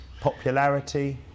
popularity